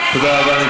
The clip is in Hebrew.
ועכשיו את תצביעי בעד?